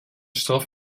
straf